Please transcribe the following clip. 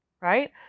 right